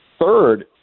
Third